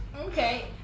Okay